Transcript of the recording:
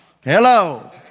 Hello